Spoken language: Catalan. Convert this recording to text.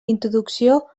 introducció